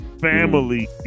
family